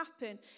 happen